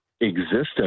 existence